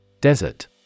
Desert